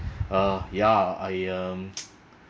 uh ya I um